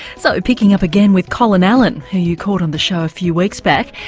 so, picking up again with colin allen, who you caught on the show a few weeks backs,